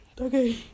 Okay